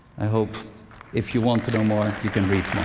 i hope if you want to know more, you can read